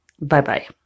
Bye-bye